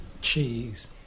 cheese